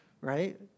right